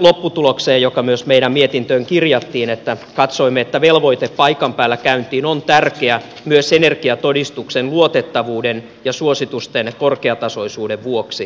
lopputulokseen joka myös meidän mietintöömme kirjattiin että katsoimme että velvoite paikan päällä käyntiin on tärkeä myös energiatodistuksen luotettavuuden ja suositusten korkeatasoisuuden vuoksi